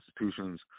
institutions